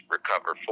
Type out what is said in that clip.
Recover